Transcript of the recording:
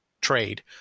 trade